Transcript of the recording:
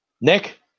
nick